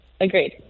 agreed